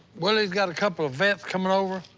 willie's got a couple of vets coming over.